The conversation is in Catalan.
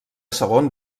segon